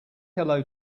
hello